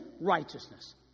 righteousness